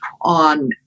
on